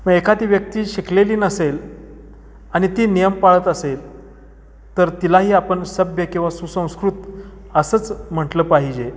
मग एखादी व्यक्ती शिकलेली नसेल आणि ती नियम पाळत असेल तर तिलाही आपण सभ्य किंवा सुसंस्कृत असंच म्हटलं पाहिजे